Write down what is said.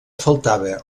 faltava